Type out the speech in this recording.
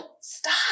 stop